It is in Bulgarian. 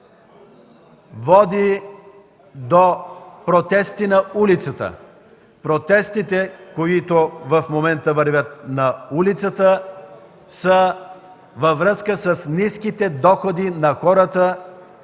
води до протести на улицата. Протестите, които в момента вървят на улицата, са във връзка с ниските доходи на хората.